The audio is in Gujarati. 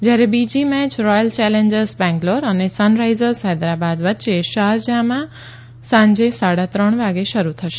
જ્યારે બીજી મેય રોયલ ચેલેન્જર્સ બેંગ્લોર અને સનરાઈઝર્સ હૈદરાબાદ વચ્ચે શારજાહમાં સાજે સાડા ત્રણ વાગે શરૂ થશે